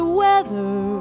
weather